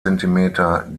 zentimeter